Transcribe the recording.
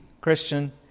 Christian